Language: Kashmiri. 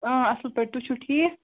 اۭں اصٕل پٲٹھۍ تُہۍ چھُو ٹھیٖک